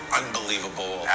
unbelievable